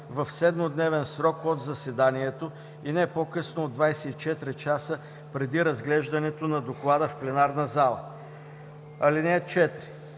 в 7-дневен срок от заседанието и не по-късно от 24 часа преди разглеждането на доклада в пленарна зала. (4)